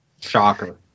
Shocker